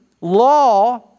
law